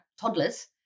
toddlers